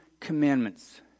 commandments